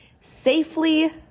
Safely